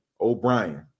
O'Brien